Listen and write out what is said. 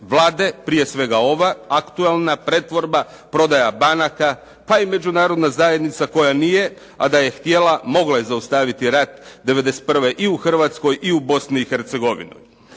Vlade, prije svega ova aktualna pretvorba, prodaja banaka, pa i Međunarodna zajednica koja nije, a da je htjela mogla je zaustaviti rat '91. i u Hrvatskoj i u Bosni i Hercegovini.